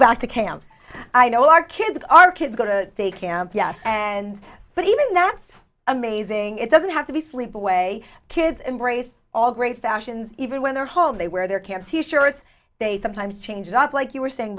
back to camp i know our kids our kids go to the camp yes and but even that amazing it doesn't have to be sleepaway kids embrace all great fashions even when they're home they wear their care t shirts they sometimes change it up like you were saying